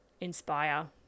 inspire